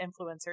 influencers